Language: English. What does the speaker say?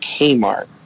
Kmart